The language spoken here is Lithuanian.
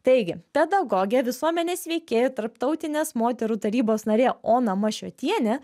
taigi pedagogė visuomenės veikėja tarptautinės moterų tarybos narė ona mašiotienė